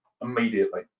immediately